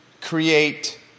create